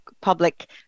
public